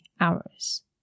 hours